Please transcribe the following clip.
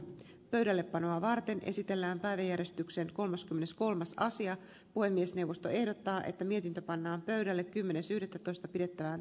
pöydällepanoa varten esitellään päiväjärjestyksen kolmaskymmeneskolmas asia puhemiesneuvosto ehdottaa että mietintö pannaan pöydälle kymmenes yhdettätoista pidetään